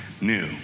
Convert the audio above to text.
new